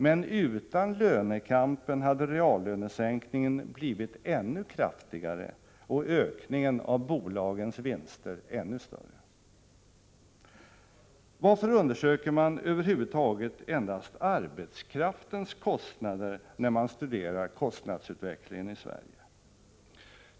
Men utan lönekampen hade reallönesänkningen blivit ännu kraftigare och ökningen av bolagens vinster ännu större. Varför undersöker man över huvud taget endast arbetskraftens kostnader när man studerar kostnadsutvecklingen i Sverige?